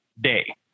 day